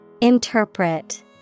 Interpret